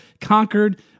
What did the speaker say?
conquered